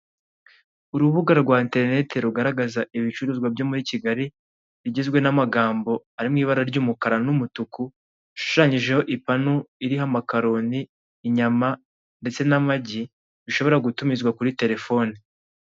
Urubuga rwa interineti rugaragaza ibicuruzwa byo muri Kigali bigizwe na magambo ari mu ibara ry'umukara n'umutuku rishushanyijeho ipanu iriho amakaroni, inyama ndetse n'amagi bishobora gutumizwa kuri telefone.